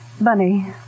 Bunny